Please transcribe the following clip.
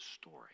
story